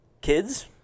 kids